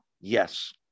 Yes